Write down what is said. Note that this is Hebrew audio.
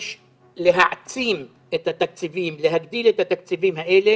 יש להעצים את התקציבים, להגדיל את התקציבים האלה